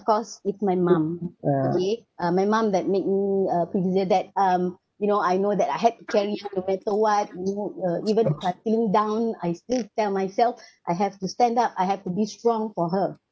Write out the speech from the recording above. course it's my mum okay uh my mum that make me uh persevere that um you know I know that I had to carry her no matter what you know uh even though I feel down I still tell myself I have to stand up I have to be strong for her